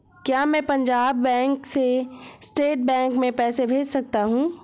क्या मैं पंजाब बैंक से स्टेट बैंक में पैसे भेज सकता हूँ?